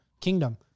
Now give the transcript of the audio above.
Kingdom